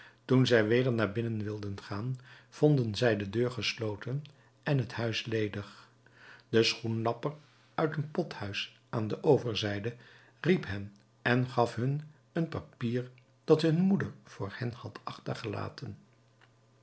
toen zij weder naar binnen wilden gaan vonden zij de deur gesloten en het huis ledig de schoenlapper uit een pothuis aan de overzijde riep hen en gaf hun een papier dat hun moeder voor hen had achtergelaten